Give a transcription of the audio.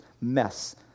mess